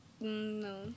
No